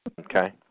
Okay